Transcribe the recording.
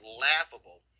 laughable